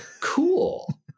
Cool